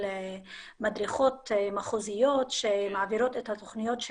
מדריכות מחוזיות שמעבירות את התוכניות,